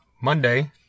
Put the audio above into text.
Monday